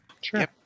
sure